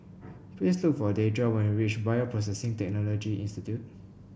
please look for Deidra when you reach Bioprocessing Technology Institute